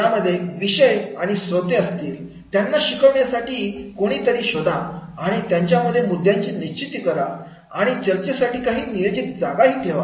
यामध्ये विषय आणि श्रोते असतील त्यांना शिकवण्यासाठी कोणीतरी शोधा आणि त्यामध्ये मुद्द्यांची निश्चिती करा आणि चर्चेसाठी काही नियोजित जागा ठेवा